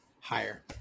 Higher